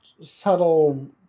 subtle